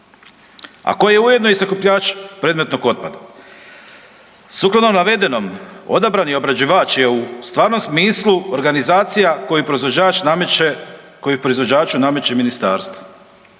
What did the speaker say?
a koje je ujedno i sakupljač predmetnog otpada. Sukladno navedenom odabrani obrađivač je u stvarnom smislu organizacija koje proizvođaču nameće ministarstvo.